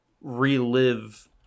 relive